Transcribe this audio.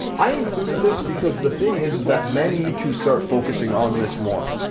i included this because the thing is, is that men need to start focusing on this more.